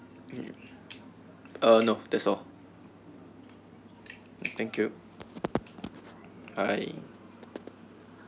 uh no that's all thank you bye